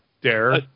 dare